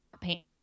paint